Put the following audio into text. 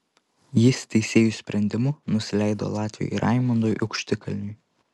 jis teisėjų sprendimu nusileido latviui raimondui aukštikalniui